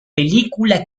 película